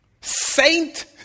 saint